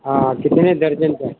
हाँ कितने दर्जन चाहिए